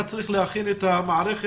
הוא היה צריך להכין את המערכת